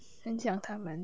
很想他们